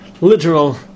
literal